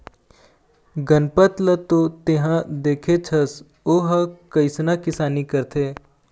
गनपत ल तो तेंहा देखेच हस ओ ह कइसना किसानी करथे